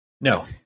No